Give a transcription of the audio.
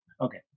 Okay